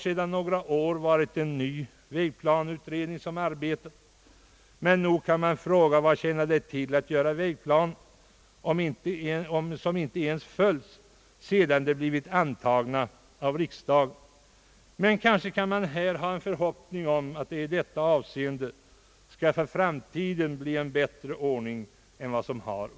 Sedan några år arbetar en ny vägplaneutredning, men nog kan man fråga vad det tjänar till att göra upp vägplaner som inte ens följs sedan de blivit antagna av riksdagen. Emellertid kan man kanske hysa förhoppningen att det i framtiden skall bli en bättre ordning i detta avseende.